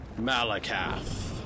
MALAKATH